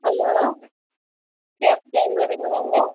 hello cab டிரைவருங்களாங்க